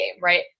right